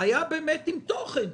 היה באמת עם תוכן,